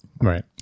right